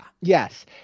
Yes